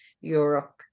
Europe